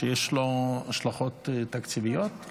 שיש לו השלכות תקציביות?